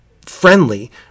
friendly